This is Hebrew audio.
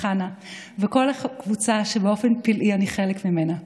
חנה וכל הקבוצה שבאופן פלאי אני חלק ממנה.